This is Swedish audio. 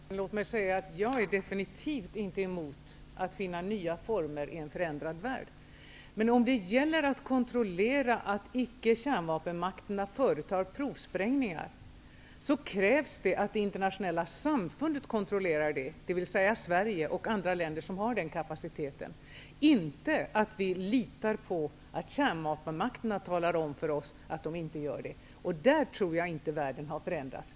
Herr talman! Det är kanske inte så stor idé att fortsätta debatten. Men låt mig säga att jag definitivt inte är emot att finna nya former i en förändrad värld. Men om det gäller att kontrollera att kärnvapenmakterna icke företar provsprängningar krävs det att det internationella samfundet kontrollerar det, dvs. Sverige och andra länder som har den kapaciteten. Vi kan inte lita på att kärnvapenmakterna talar om för oss att de inte gör det. Där tror jag inte att världen har förändrats.